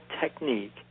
technique